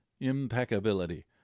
impeccability